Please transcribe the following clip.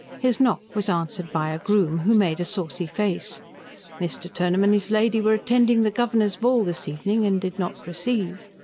his knock was answered by a groom, who made a saucy face mr. turnham and his lady were attending the governor's ball this evening and did not receive.